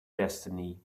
destiny